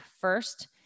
first